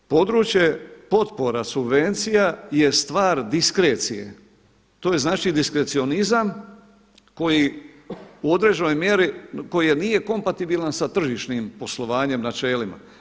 Molim vas, područje potpora subvencija je stvar diskrecije, to je znači diskrecionizam koji u određenoj mjeri koji nije kompatibilan sa tržišnim poslovanjem i načelima.